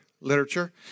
literature